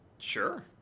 Sure